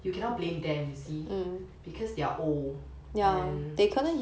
you cannot blame them you see because they're old and